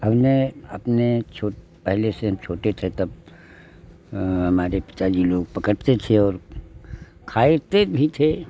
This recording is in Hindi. अब ने अपने छोट पहले से छोटे थे तब हमारे पिताजी लोग पकड़ते थे और खाते भी थे